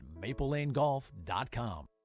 MapleLaneGolf.com